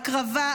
הקרבה,